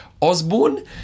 Osborne